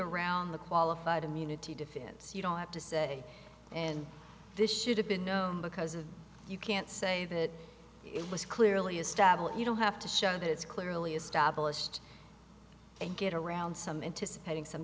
around the qualified immunity defense you don't have to say and this should have been known because if you can't say that it was clearly established you don't have to show that it's clearly established and get around some anticipating some